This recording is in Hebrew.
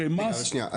שניה,